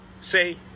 say